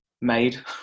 made